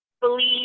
believe